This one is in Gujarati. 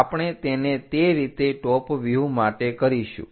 આપણે તેને તે રીતે ટોપ વ્યુહ માટે કરીશું